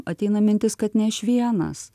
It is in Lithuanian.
ateina mintis kad ne aš vienas